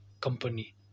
company